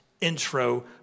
intro